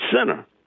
center